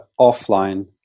offline